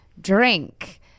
drink